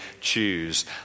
choose